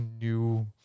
new